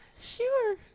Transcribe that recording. sure